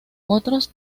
otros